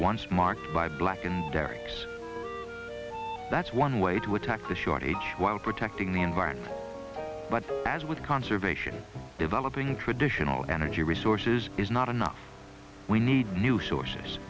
once marked by black and derek's that's one way to attack the shortage while protecting the environment but as with conservation developing traditional energy resources is not enough we need new sources